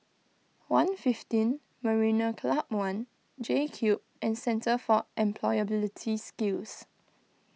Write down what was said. one fifteen Marina Club one JCube and Centre for Employability Skills